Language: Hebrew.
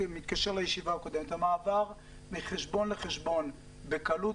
המעבר מחשבון לחשבון בקלות,